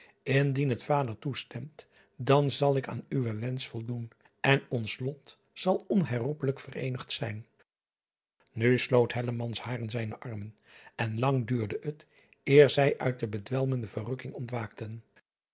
ndien het vader toestemt dan zal ik aan uwen wensch voldoen en ons lot zal onherroepelijk vereenigd zijn u sloot haar in zijne armen en lang duurde het eer zij uit de bedwelmende verrukking ontwaakten